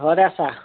ঘৰতে আছা